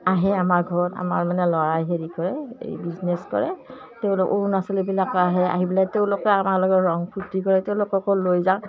আহে আমাৰ ঘৰত আমাৰ মানে ল'ৰাই হেৰি কৰে এই বিজনেছ কৰে তেওঁলোক অৰুণাচলীবিলাকো আহে আহি পেলাই তেওঁলোকে আমাৰ লগে ৰং ফূৰ্তি কৰে তেওঁলোককো লৈ যাওঁ